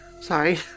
Sorry